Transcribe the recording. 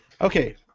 Okay